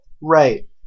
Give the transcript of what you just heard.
Right